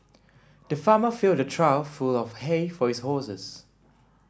the farmer filled a trough full of hay for his horses